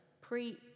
pre